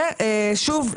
ושוב,